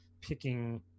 picking